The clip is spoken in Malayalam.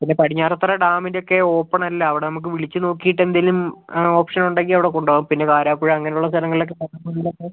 പിന്നെ പടിഞ്ഞാറേത്തറ ഡാമിൻ്റെ ഒക്കെ ഓപ്പൺ അല്ല അവിടെ നമ്മൾക്ക് വിളിച്ച് നോക്കിയിട്ട് എന്തെങ്കിലും ഓപ്ഷൻ ഉണ്ടെങ്കിൽ അവിടെ കൊണ്ട് പോവാം പിന്നെ വാരാപ്പുഴ അങ്ങനെ ഉള്ള സ്ഥലങ്ങളിലൊക്കെ